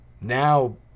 Now